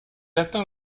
atteint